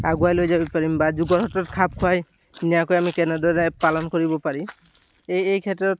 আগুৱাই লৈ যাব পাৰিম বা যুগৰ হাতত খাপ খুৱাই নিয়াকৈ আমি কেনেদৰে পালন কৰিব পাৰি এই এই ক্ষেত্ৰত